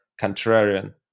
contrarian